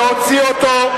להוציא אותו.